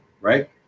Right